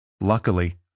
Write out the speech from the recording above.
Luckily